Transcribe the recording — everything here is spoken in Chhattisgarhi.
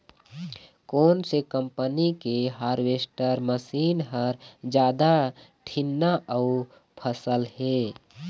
कोन से कम्पनी के हारवेस्टर मशीन हर जादा ठीन्ना अऊ सफल हे?